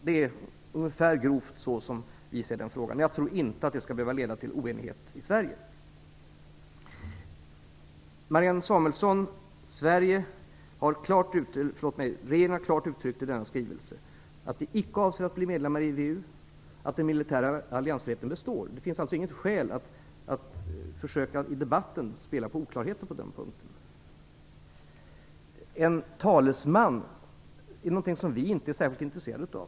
Det är ungefär så vi ser den frågan. Jag tror inte att det skall behöva leda till oenighet i Sverige. Regeringen har i denna skrivelse klart uttryckt, Marianne Samuelsson, att vi icke avser att bli medlemmar i VEU och att den militära alliansfriheten består. Det finns alltså inget skäl att i debatten försöka spela på oklarheter på den punkten. En talesman är något som vi inte är särskilt intresserade av.